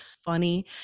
funny